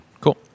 Cool